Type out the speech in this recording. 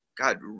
God